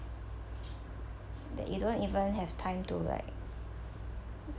that you don't even have time to like